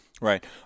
Right